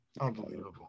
Unbelievable